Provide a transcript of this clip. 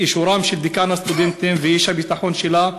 אישורם של דיקן הסטודנטים ואיש הביטחון שלה.